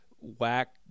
whack